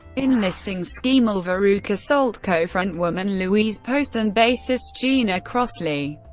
enlisting so schemel, veruca salt co-frontwoman louise post, and bassist gina crosley.